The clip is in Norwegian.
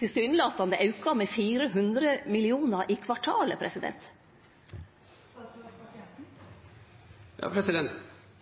tilsynelatande aukar med 400 mill. kr i kvartalet?